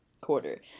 quarter